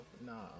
nah